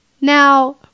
Now